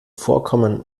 vorkommen